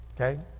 Okay